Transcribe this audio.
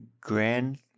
Grand